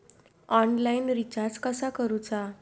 Online recharge कसा करूचा?